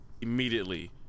immediately